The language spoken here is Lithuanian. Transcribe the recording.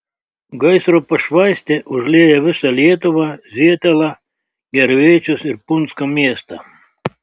gaisro pašvaistė užlieja visą lietuvą zietelą gervėčius ir punsko miestą